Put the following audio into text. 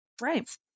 Right